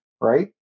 right